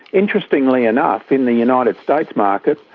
interestingly enough in the united states market,